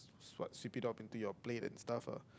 what sweep it up onto your plate and stuff ah